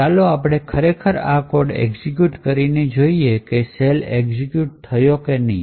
ચાલો આપણે ખરેખર આ કોડ execute કરી ને જોઈએ કે શેલ એક્ઝેક્યુટ થયેલ છે કે નહી